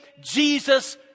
Jesus